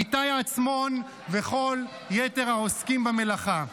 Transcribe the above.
איתי עצמון וכל יתר העוסקים במלאכה.